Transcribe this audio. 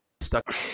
stuck